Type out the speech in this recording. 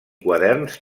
quaderns